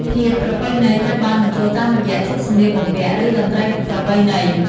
ធាតុប្រពៃណីត្រូវបានបញ្ចូលតាមរយៈ ឈុតសម្លៀកបំពាក់ ឬ តន្ត្រីប្រពៃណី ។